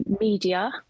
media